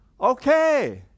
Okay